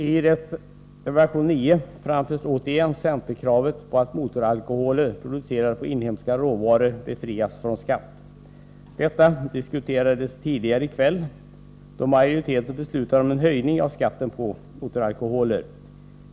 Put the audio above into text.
I reservation 9 framförs återigen centerkravet på att motoralkoholer producerade på inhemska råvaror skall befrias från skatt. Detta har diskuterats tidigare i kväll, då majoriteten beslutade om en höjning av skatten på motoralkoholer.